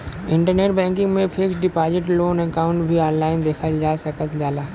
internet banking में fixed deposit loan account भी online देखल जा सकल जाला